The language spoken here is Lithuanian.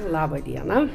laba diena